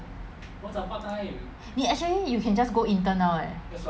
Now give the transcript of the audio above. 你 actually you can just go intern now leh